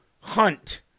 hunt